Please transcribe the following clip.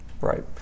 Right